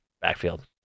backfield